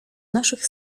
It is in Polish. naszych